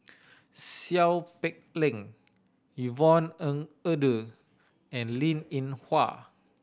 Seow Peck Leng Yvonne Ng Uhde and Linn In Hua